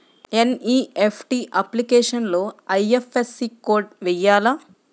NEFT అప్లికేషన్లో IFSC code వేయాలా?